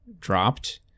dropped